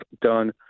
done